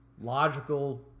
logical